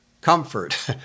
comfort